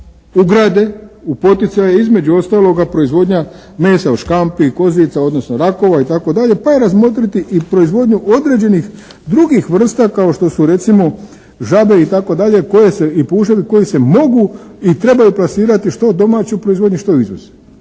ugrade u poticaje između ostaloga proizvodnja mesa od škampi, kozica, odnosno rakova itd., pa je razmotriti i proizvodnju određenih drugih vrsta kao što su recimo žabe itd. i puževi koji se mogu i trebaju plasirati što u domaću proizvodnju, što izvoz.